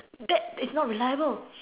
that is not reliable